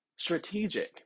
Strategic